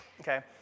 okay